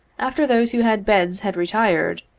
after those who had beds had retired,